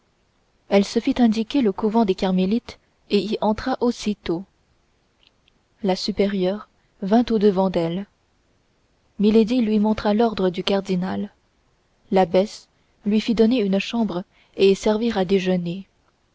elle se fit indiquer le couvent des carmélites et y entra aussitôt la supérieure vint au-devant d'elle milady lui montra l'ordre du cardinal l'abbesse lui fit donner une chambre et servir à déjeuner